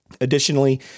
Additionally